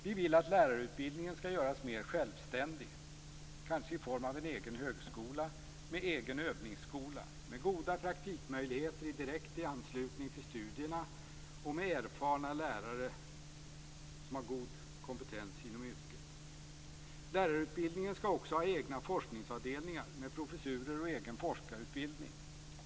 Vi vill att lärarutbildningen skall göras mer självständig, kanske i form av egen högskola med egen övningsskola med goda praktikmöjligheter i direkt anslutning till studierna och med erfarna lärare som har god kompetens inom yrket. Lärarutbildningen skall också ha egna forskningsavdelningar med professurer och egen forskarutbildning.